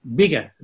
bigger